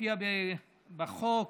מופיע בחוק: